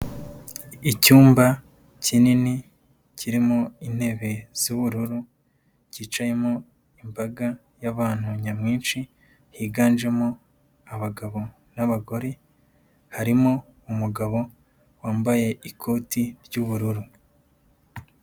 Icyumba kinini, kirimo intebe z'ubururu, cyicayemo imbaga y'abantu nyamwinshi, higanjemo abagabo n'abagore, harimo umugabo wambaye ikoti ry'ubururu.